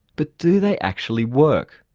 but do they actually work?